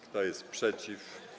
Kto jest przeciw?